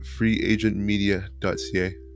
freeagentmedia.ca